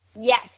Yes